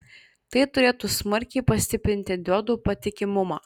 tai turėtų smarkiai pastiprinti diodų patikimumą